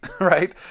right